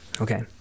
Okay